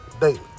daily